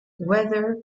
weather